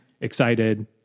excited